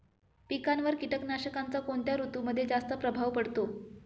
पिकांवर कीटकनाशकांचा कोणत्या ऋतूमध्ये जास्त प्रभाव पडतो?